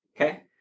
Okay